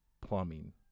plumbing